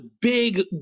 big